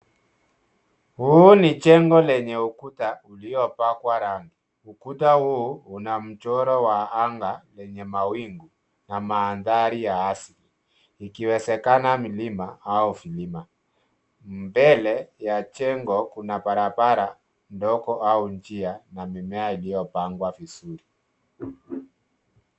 Huu ni jengo lenye ukuta uliopakwa rangi . Ukuta huu una mchoro wa anga lenye mawingu na mandhari ya asili ikiwezekana milima au vilima. Mbele ya jengo kuna barabara ndogo au njia na mimea iliyopandwa vizuri.